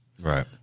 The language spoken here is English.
Right